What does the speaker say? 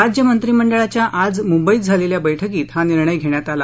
राज्यमंत्रीमंडळाच्या आज मुंबईत झालेल्या बैठकीत हा निर्णय घेण्यात आला